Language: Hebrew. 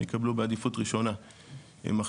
יקבלו בעדיפות ראשונה מחשב.